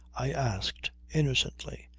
i asked innocently.